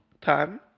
time